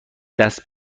دست